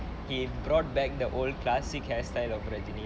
he brought back the old classic hairstyle of rajini